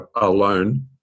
alone